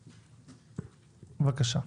בבקשה.